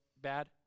bad